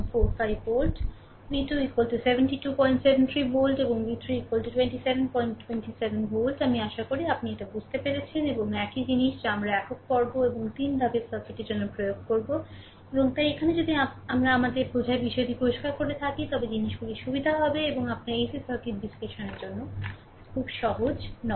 v2 7273 volt এবং v 3 2727 volt আমি আশা করি আপনি এটি বুঝতে পেরেছেন এবং একই জিনিস যা আমরা একক পর্ব এবং 3 ধাপের সার্কিটের জন্য প্রয়োগ করব এবং তাই এখানে যদি আমরা আমাদের বোঝার বিষয়টি পরিষ্কার করে থাকি তবে জিনিসগুলি হবে আপনার এসি সার্কিট বিশ্লেষণের জন্য খুব সহজ হন